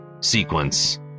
sequence